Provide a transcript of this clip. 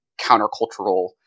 countercultural